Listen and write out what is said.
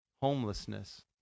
homelessness